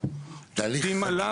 ואנחנו עובדים עליו.